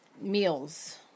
meals